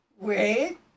Wait